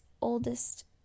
oldest